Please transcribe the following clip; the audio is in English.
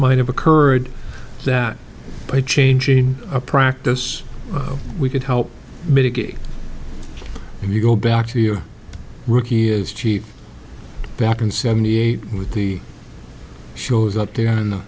might have occurred that by changing a practice we could help mitigate if you go back to your rookie is cheap back in seventy eight with the shows up there